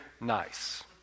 nice